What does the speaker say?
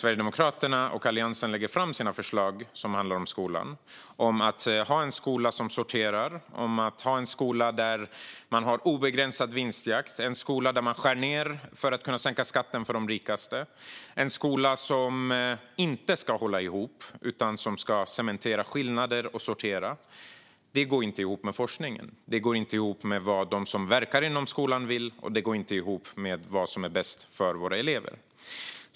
Sverigedemokraternas och Alliansens förslag om en skola som sorterar, en skola med obegränsad vinstjakt, en skola man skär ned på för att sänka skatten för de rikaste och en skola som inte ska hålla ihop utan cementera skillnader går nämligen inte ihop med forskningen, med vad de som verkar inom skolan vill och med vad som är bäst för våra elever.